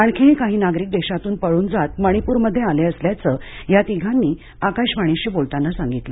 आणखीही काही नागरिक देशातून पळून जात मणिपूरमध्ये आले असल्याचं या तिघांनी आकाशवाणीशी बोलताना सांगितलं